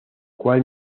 cual